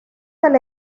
del